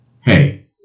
hey